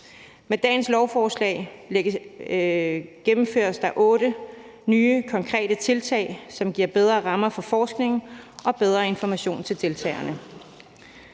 Med dagens lovforslag gennemføres der otte nye konkrete tiltag, som giver bedre rammer for forskning og bedre information til deltagerne.